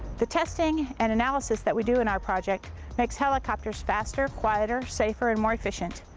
the testing and analysis that we do in our projects makes helicopters faster, quieter, safer, and more efficient.